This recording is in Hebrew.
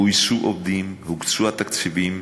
גויסו עובדים, הוקצו התקציבים,